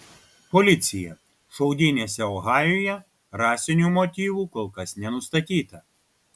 policija šaudynėse ohajuje rasinių motyvų kol kas nenustatyta